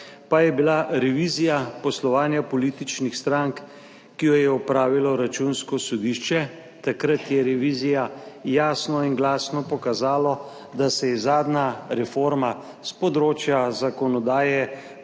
pa je bila revizija poslovanja političnih strank, ki jo je opravilo Računsko sodišče. Takrat je revizija jasno in glasno pokazala, da se je zadnja reforma s področja zakonodaje,